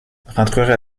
rentrera